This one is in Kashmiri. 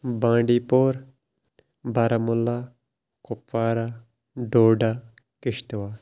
بانڈی پور بارہمُلہ کپوارہ ڈودہ کِشتوار